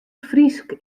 frysk